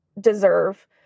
deserve